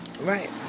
Right